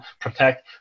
protect